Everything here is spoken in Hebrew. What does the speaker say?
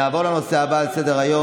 נעבור לנושא הבא על סדר-היום,